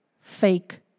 fake